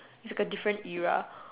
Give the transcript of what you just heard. is a different era